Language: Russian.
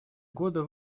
годы